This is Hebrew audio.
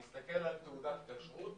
מסתכל על תעודת כשרות,